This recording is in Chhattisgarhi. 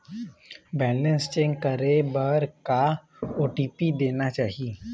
बैलेंस चेक करे बर का ओ.टी.पी देना चाही?